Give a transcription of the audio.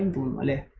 boom ruling